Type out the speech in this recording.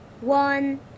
One